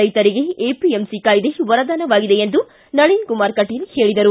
ರೈತರಿಗೆ ಎಪಿಎಂಸಿ ಕಾಯ್ದೆ ವರದಾನವಾಗಿದೆ ಎಂದು ನಳೀನ್ಕುಮಾರ್ ಕಟೀಲ್ ಪೇಳಿದರು